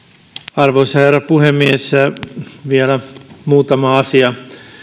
arvoisa herra puhemies vielä muutama asia